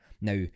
Now